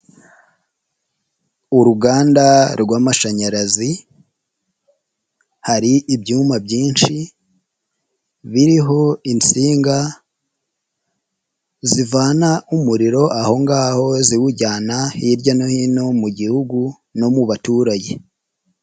Uruganda rw'amashanyarazi, hari ibyuma byinshi biriho insinga zivana umuriro aho ngaho ziwujyana hirya no hino mu gihugu no mu baturage.